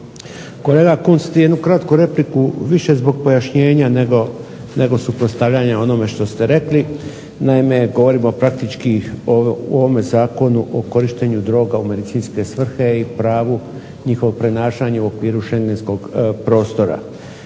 Kolega Kunst jednu kratku repliku više zbog pojašnjenja nego suprotstavljanje onome što ste rekli. Naime, govorimo praktički u ovome zakonu o korištenju droga u medicinske svrhe i pravu njihovog prenašanja u okviru schengenskog prostora.